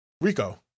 Rico